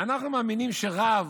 אנחנו מאמינים שרב,